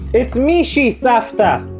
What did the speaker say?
it's mishy, savta!